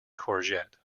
courgette